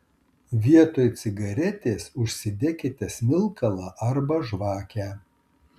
vietoj cigaretės užsidekite smilkalą arba žvakę